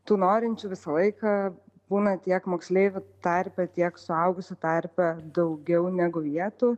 tų norinčių visą laiką būna tiek moksleivių tarpe tiek suaugusių tarpe daugiau negu vietų